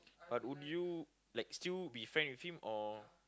but would you like still be friend with him or